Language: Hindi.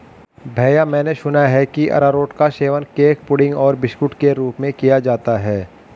भैया मैंने सुना है कि अरारोट का सेवन केक पुडिंग और बिस्कुट के रूप में किया जाता है